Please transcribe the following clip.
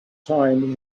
time